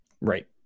Right